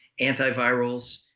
antivirals